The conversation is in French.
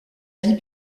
vie